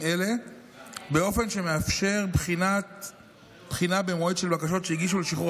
אלה באופן שמאפשר בחינה במועד של בקשות שהגישו לשחרור